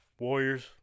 Warriors